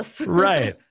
Right